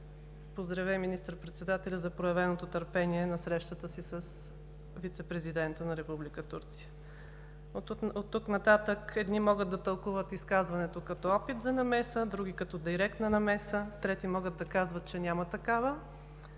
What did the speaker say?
поздравя и министър-председателя за проявеното търпение на срещата си с вицепрезидента на Република Турция. Оттук нататък едни могат да тълкуват изказването като опит за намеса, други като директна намеса, трети могат да казват, че няма такава.